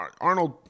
Arnold